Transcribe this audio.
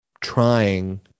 trying